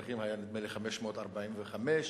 דובר העירייה ודברי הסבר